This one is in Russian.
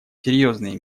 серьезные